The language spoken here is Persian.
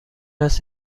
است